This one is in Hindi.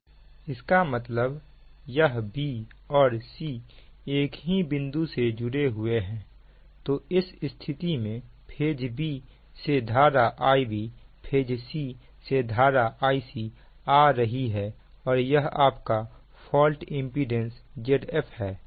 इसका मतलब यह b और c एक ही बिंदु से जुड़े हुए हैं तो इस स्थिति में फेज b से धारा Ib फेज c से धारा Ic आ रही है और यह आपका फॉल्ट इंपीडेंस Zf है